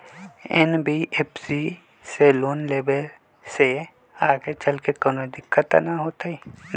NBFC से loan लेबे से आगेचलके कौनो दिक्कत त न होतई न?